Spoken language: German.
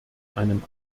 einem